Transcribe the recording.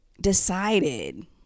decided